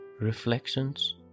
reflections